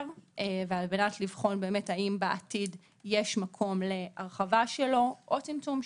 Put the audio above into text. ועל מנת לבחון האם בעתיד יש מקום להרחבה שלו או לצמצום שלו.